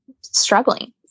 struggling